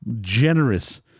generous